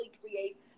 create